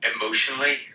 emotionally